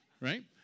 Right